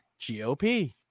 GOP